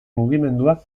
mugimendua